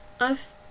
I've